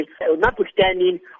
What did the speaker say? notwithstanding